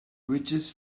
reaches